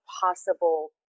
possible